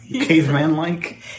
Caveman-like